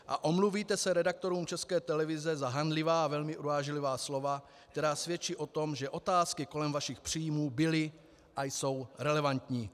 A omluvíte se redaktorům České televize za hanlivá a velmi urážlivá slova, která svědčí o tom, že otázky kolem vašich příjmů byly a jsou relevantní?